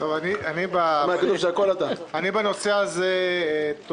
האם אתה מקזז את הכספים בגין ההוצאות השוטפות,